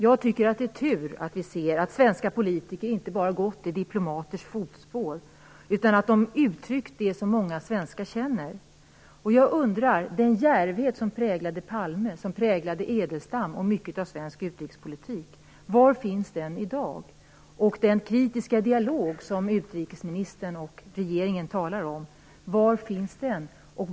Jag tycker att det är tur att svenska politiker inte bara gått i diplomaters fotspår, utan att de uttryckt det som många svenskar känner. Jag undrar: Var finns den djärvhet som präglade Palme, Edelstam och mycket av svensk utrikespolitik i dag? Den kritiska dialog som utrikesministern och regeringen talar om, var finns den?